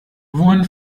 wohin